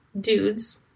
dudes